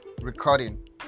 recording